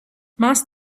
must